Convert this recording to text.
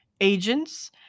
agents